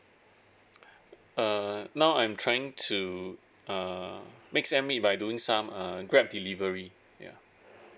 uh now I'm trying to uh makes ends meet by doing some uh grab delivery yeah